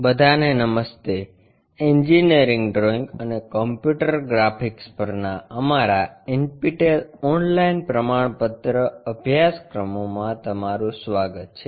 બધાને નમસ્તે engineering drawing અને કમ્પ્યુટર ગ્રાફિક્સ પરના અમારા NPTEL ઓનલાઇન પ્રમાણપત્ર અભ્યાસક્રમોમાં તમારું સ્વાગત છે